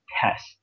test